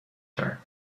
her